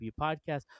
Podcast